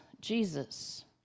Jesus